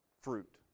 fruit